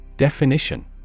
Definition